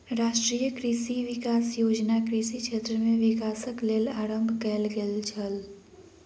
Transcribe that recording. राष्ट्रीय कृषि विकास योजना कृषि क्षेत्र में विकासक लेल आरम्भ कयल गेल छल